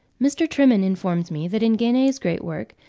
mr. trimen informs me that in guenee's great work,